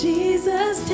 Jesus